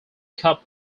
cup